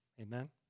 Amen